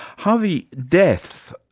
havi, death,